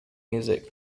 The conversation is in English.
music